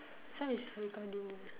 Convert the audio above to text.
some is recording